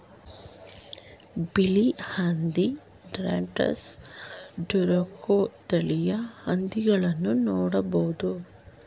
ಬಿಳಿ ಹಂದಿ, Landrace, Duroc ತಳಿಯ ಹಂದಿಗಳನ್ನು ಕಾಣಬೋದು